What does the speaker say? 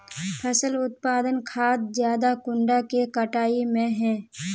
फसल उत्पादन खाद ज्यादा कुंडा के कटाई में है?